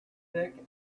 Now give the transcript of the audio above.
thick